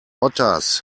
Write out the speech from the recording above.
otters